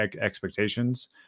expectations